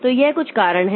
तो यह कुछ कारण हैं